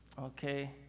Okay